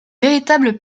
véritable